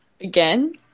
again